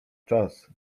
czas